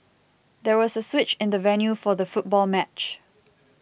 there was a switch in the venue for the football match